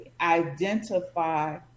identify